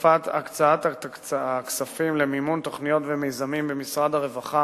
הקצאת הכספים למימון תוכניות ומיזמים במשרד הרווחה